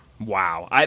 Wow